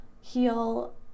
heal